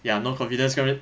ya no confidence 跟人